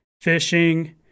fishing